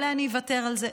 אולי אני אוותר על זה,